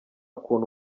kuntu